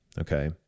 Okay